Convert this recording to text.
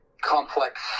complex